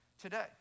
today